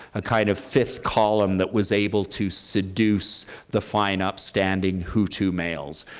a kind of fifth column that was able to seduce the fine, upstanding hutu males,